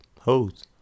hoes